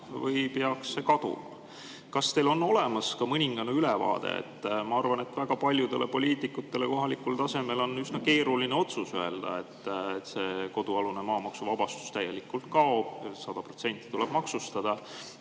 või peaks kaduma. Kas teil on olemas mõningane ülevaade? Ma arvan, et väga paljudele poliitikutele kohalikul tasemel on üsna keeruline otsus öelda, et kodualuse maa maksuvabastus täielikult kaob, et 100% tuleb maksustada.